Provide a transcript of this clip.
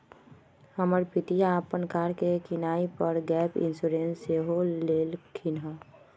हमर पितिया अप्पन कार के किनाइ पर गैप इंश्योरेंस सेहो लेलखिन्ह्